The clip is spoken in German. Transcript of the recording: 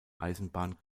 eisenbahn